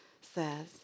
says